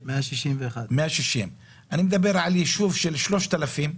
161,000. אני מדבר על ישוב של 3,000 תושבים,